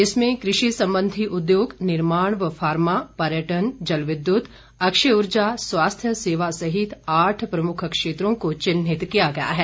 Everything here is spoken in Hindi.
इसमें कृषि संबंधी उद्योग निर्माण व फार्मा पर्यटन जल विद्यूत अक्षय उर्जा स्वास्थ्य सेवा सहित आठ प्रमुख क्षेत्रों को चिन्हित किया गया है